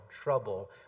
trouble